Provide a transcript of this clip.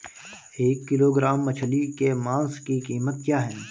एक किलोग्राम मछली के मांस की कीमत क्या है?